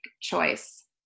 choice